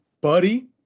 buddy